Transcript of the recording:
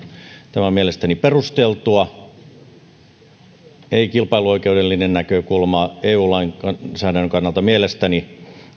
tämä on mielestäni perusteltua ei kilpailuoikeudellinen näkökulma eu lainsäädännön kannalta ole mielestäni